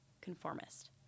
conformist